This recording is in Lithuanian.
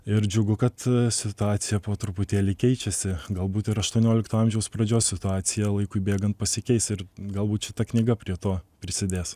ir džiugu kad situacija po truputėlį keičiasi galbūt ir aštuoniolikto amžiaus pradžios situacija laikui bėgant pasikeis ir galbūt šita knyga prie to prisidės